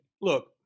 look